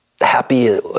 happy